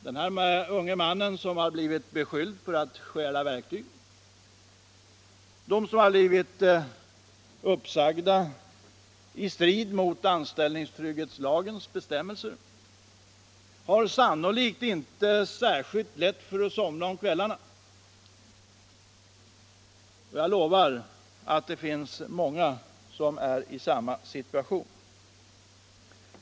Den här unge mannen som blivit beskylld för att stjäla verktyg och de som blivit uppsagda i strid mot anställningstrygghetslagens bestämmelser har sannolikt inte särskilt lätt för att somna om kvällarna. Och jag försäkrar att det finns många som är i samma situation.